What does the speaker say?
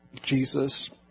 Jesus